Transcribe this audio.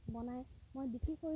বনাই মই বিক্ৰী কৰিছোঁ